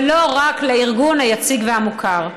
ולא רק לארגון היציג והמוכר.